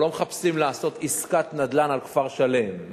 אנחנו לא מחפשים לעשות עסקת נדל"ן על כפר-שלם,